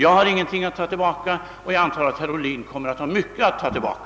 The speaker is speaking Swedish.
Jag har ingenting att ta tillbaka, men jag antar att herr Ohlin kommer att ha mycket att ta tillbaka.